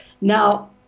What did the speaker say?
Now